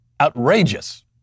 Outrageous